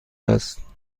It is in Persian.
هست